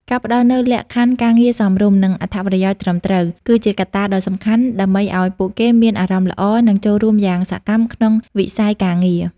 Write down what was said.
ការផ្ដល់នូវលក្ខខណ្ឌការងារសមរម្យ និងអត្ថប្រយោជន៍ត្រឹមត្រូវ គឺជាកត្តាដ៏សំខាន់ ដើម្បីឱ្យពួកគេមានអារម្មណ៍ល្អ និងចូលរួមយ៉ាងសកម្ម ក្នុងវិស័យការងារ។